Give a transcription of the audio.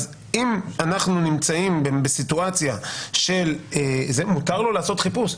אז אם אנחנו נמצאים בסיטואציה שמותר לו לעשות חיפוש,